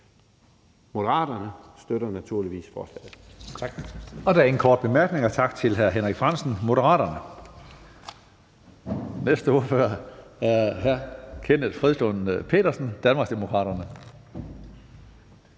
Tredje næstformand (Karsten Hønge): Der er ingen korte bemærkninger, så tak til hr. Henrik Frandsen, Moderaterne. Den næste ordfører er hr. Kenneth Fredslund Petersen, Danmarksdemokraterne.